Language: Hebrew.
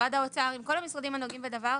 משרד האוצר, עם כל המשרדים הנוגעים בדבר,